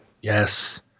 Yes